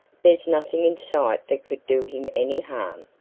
there's nothing in sight that could do him any harm.